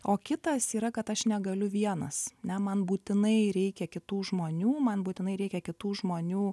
o kitas yra kad aš negaliu vienas ne man būtinai reikia kitų žmonių man būtinai reikia kitų žmonių